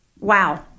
Wow